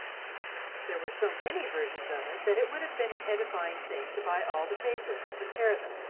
there were so many versions of it that it would have been an edifying thing to buy all the papers and compare them.